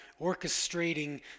orchestrating